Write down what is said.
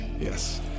Yes